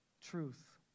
Truth